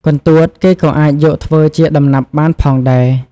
កន្ទួតគេក៏អាចយកធ្វើជា ដំណាប់បានផងដែរ។